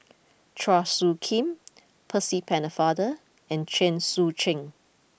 Chua Soo Khim Percy Pennefather and Chen Sucheng